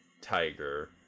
tiger